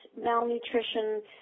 malnutrition